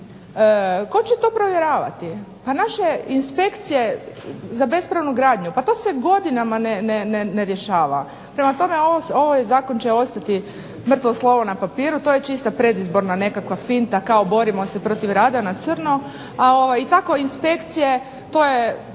tko će to provjeravati? Pa naša je inspekcija za bespravnu gradnju, pa to se godinama ne rješava. Prema tome, ovaj zakon će ostati mrtvo slovo na papiru to je čista predizborna nekakva finta kao borimo se protiv rada na crno. I tako inspekcije to je